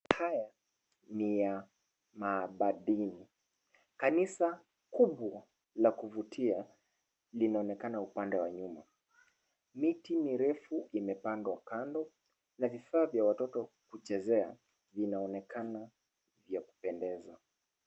Haya ni ya maabadini. Kanisa kubwa la kuvutia linaonekana upande wa nyuma . Miti mirefu imepandwa kando na vifaa vya watoto kuchezea vinaonekana vya kupendeza.